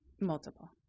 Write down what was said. Multiple